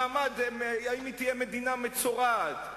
האם היא תהיה מדינה מצורעת,